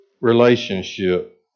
relationship